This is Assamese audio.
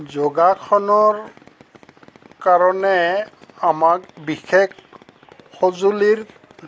যোগাসনৰ কাৰণে আমাক বিশেষ সঁজুলিৰ